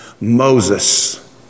Moses